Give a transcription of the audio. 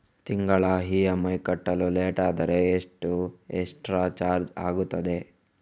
ತಿಂಗಳ ಇ.ಎಂ.ಐ ಕಟ್ಟಲು ಲೇಟಾದರೆ ಎಷ್ಟು ಎಕ್ಸ್ಟ್ರಾ ಚಾರ್ಜ್ ಆಗುತ್ತದೆ?